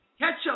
Ketchup